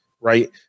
Right